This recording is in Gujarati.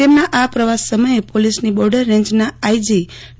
તેમના આ પ્રવાસ સમયે પોલીસની બોર્ડર રેન્જના આઇજી ડી